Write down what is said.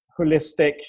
holistic